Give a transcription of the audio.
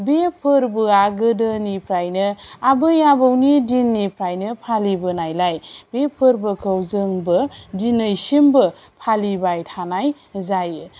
बे फोरबोआ गोदोनिफ्रायनो आबै आबौनि दिननिफ्रायनो फालिबोनायलाय बे फोरबोखौ जोंबो दिनैसिमबो फालिबाय थानाय जायो